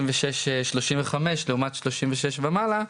ושש-שלושים וחמש לעומת שלושים ושש ומעלה,